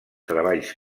treballs